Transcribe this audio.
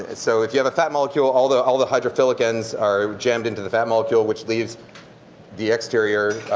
and so if you have a fat molecule all the all the hydrophilic ends are jammed into the fat molecule, which leaves the exterior